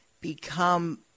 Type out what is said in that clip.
become